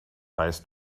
weißt